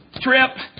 Trip